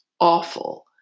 awful